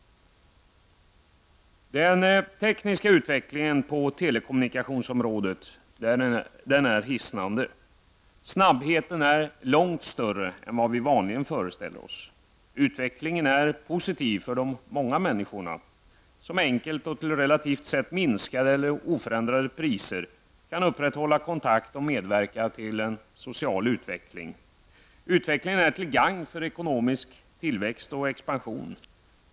Den tekniska utvecklingen på telekommunikationsområdet är hisnande. Snabbheten är långt större än vad vi vanligen föreställer oss. Utvecklingen är positiv för de många människorna, som enkelt och till relativt sett minskade eller oförändrade priser kan upprätthålla kontakt och medverka till social utveckling. Utvecklingen är till gagn för ekonomisk tillväxt och expansion.